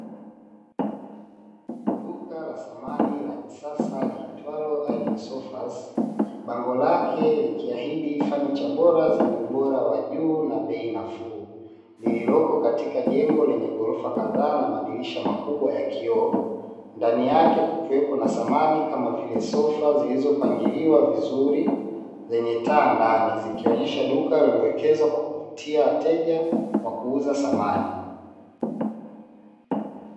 Duka la samani la kisasa liitwalo "Ideal SOFAS", bango lake likiahidi fanicha bora zenye ubora wa juu na bei nafuu. Lililoko katika jengo lenye ghorofa kadhaa na madirisha makubwa ya kioo, ndani yake kukiwepo na samani kama vile sofa zilizopangiliwa vizuri zenye taa ndani; zikionyesha duka lililowekeza kwa kuvutia wateja kwa kuuza samani.